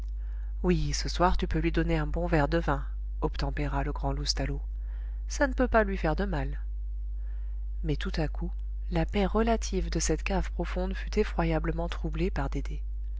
oui ce soir tu peux lui donner un bon verre de vin obtempéra le grand loustalot ça ne peut pas lui faire de mal mais tout à coup la paix relative de cette cave profonde fut effroyablement troublée par dédé